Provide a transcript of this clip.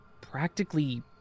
practically